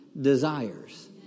desires